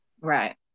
right